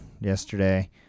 yesterday